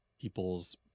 people's